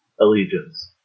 Allegiance